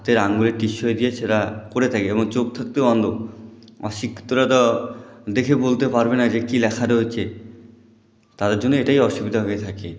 হাতের আঙুলের টিপ সই দিয়ে সেটা করে থাকে এবং চোখ থাকতেও অন্ধ অশিক্ষিতরা তো দেখে বলতে পারবে না যে কি লেখা রয়েছে তাদের জন্য এটাই অসুবিধা হয়ে থাকে